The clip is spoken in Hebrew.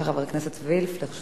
חברת הכנסת וילף, בבקשה.